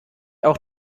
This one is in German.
auch